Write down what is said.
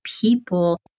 people